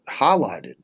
highlighted